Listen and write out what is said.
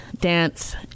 dance